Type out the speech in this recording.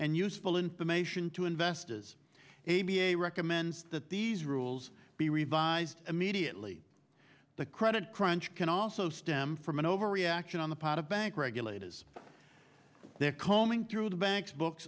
and useful information to investors a b a recommends that these rules be revised immediately the credit crunch can also stem from an overreaction on the part of bank regulators they're combing through the bank's books